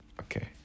Okay